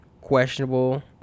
questionable